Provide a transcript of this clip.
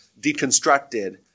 deconstructed